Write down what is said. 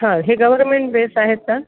हां हे government base आहेत का